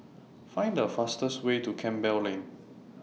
Find The fastest Way to Campbell Lane